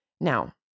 Now